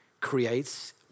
creates